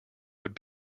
would